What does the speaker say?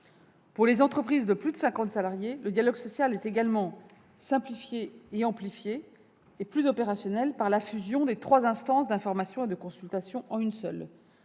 Pour les entreprises de plus de 50 salariés, le dialogue social est également simplifié et amplifié et rendu plus opérationnel par la fusion des trois instances d'information et de consultation en une seule